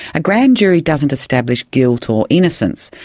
a grand jury doesn't establish guilt or innocence,